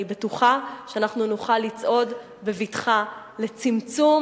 אני בטוחה שאנחנו נוכל לצעוד בבטחה לצמצום